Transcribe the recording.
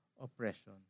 oppression